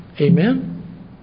Amen